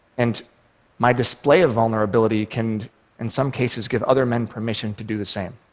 and my display of vulnerability can in some cases give other men permission to do the same.